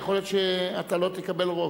אבל יכול להיות שאתה לא תקבל רוב.